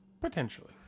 potentially